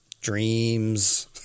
dreams